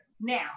Now